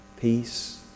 peace